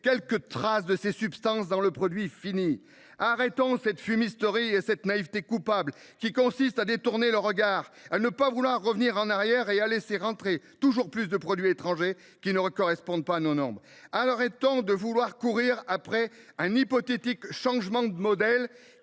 moindre trace de ces substances dans le produit fini ! Mettons donc fin à cette fumisterie et à cette naïveté coupable qui consiste à détourner le regard, à ne pas vouloir revenir en arrière et à laisser entrer toujours plus de produits étrangers qui ne respectent pas nos normes ! Très bien ! Arrêtons de vouloir courir après un hypothétique changement de modèle